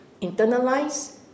Internalize